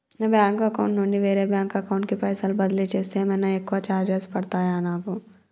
నా bank account నుండి వేరే బ్యాంక్ అకౌంట్ కి పైసల్ బదిలీ చేస్తే ఏమైనా ఎక్కువ చార్జెస్ పడ్తయా నాకు?